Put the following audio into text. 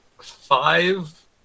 five